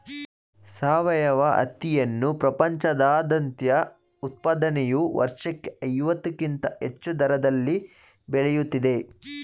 ಸಾವಯವ ಹತ್ತಿಯನ್ನು ಪ್ರಪಂಚದಾದ್ಯಂತ ಉತ್ಪಾದನೆಯು ವರ್ಷಕ್ಕೆ ಐವತ್ತಕ್ಕಿಂತ ಹೆಚ್ಚು ದರದಲ್ಲಿ ಬೆಳೆಯುತ್ತಿದೆ